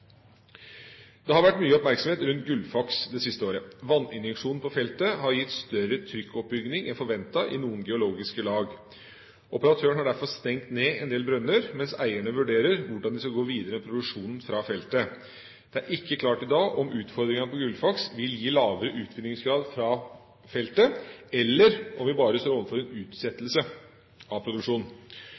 Det har vært mye oppmerksomhet rundt Gullfaks det siste året. Vanninjeksjonen på feltet har gitt større trykkoppbygging enn forventet i noen geologiske lag. Operatøren har derfor stengt ned en del brønner, mens eierne vurderer hvordan de skal gå videre med produksjonen fra feltet. Det er ikke klart i dag om utfordringene på Gullfaks vil gi lavere utvinningsgrad fra feltet, eller om vi bare står overfor en utsettelse av produksjonen.